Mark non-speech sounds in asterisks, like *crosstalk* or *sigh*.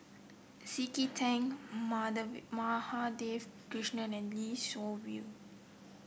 C K Tang *unintelligible* Madhavi Krishnan and Lee Seow View